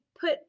put